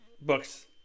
books